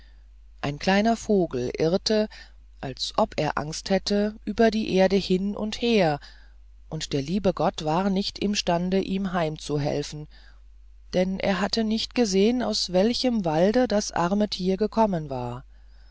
ein kleiner vogel irrte als ob er angst hätte über die erde hin und her und der liebe gott war nicht imstande ihm heimzuhelfen denn er hatte nicht gesehen aus welchem walde das arme tier gekommen war